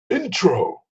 intro